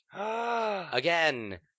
Again